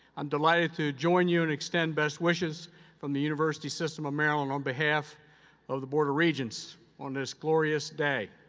delighted to join you and extend best wishes from the university system of maryland on behalf of the board of regents on this glorious day.